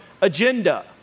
agenda